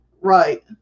Right